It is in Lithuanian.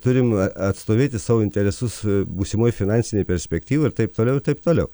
turim atstovėti savo interesus būsimoj finansinėj perspektyvoj ir taip toliau ir taip toliau